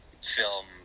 film